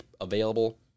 available